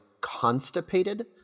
constipated